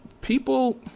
people